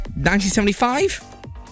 1975